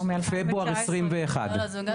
פברואר 2021. לא, מ-2019.